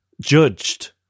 judged